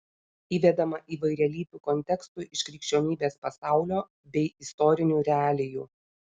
įvedama įvairialypių kontekstų iš krikščionybės pasaulio bei istorinių realijų